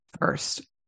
first